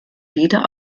wieder